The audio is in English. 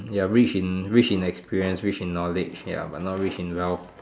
ya rich in rich in experience rich in knowledge ya but not rich in wealth